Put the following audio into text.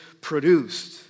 produced